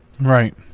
Right